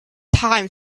time